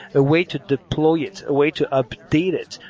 a way to deploy it, a way to update it.